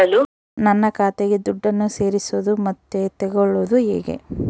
ನನ್ನ ಖಾತೆಗೆ ದುಡ್ಡನ್ನು ಸೇರಿಸೋದು ಮತ್ತೆ ತಗೊಳ್ಳೋದು ಹೇಗೆ?